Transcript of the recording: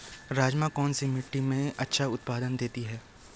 राजमा कौन सी मिट्टी में अच्छा उत्पादन देता है?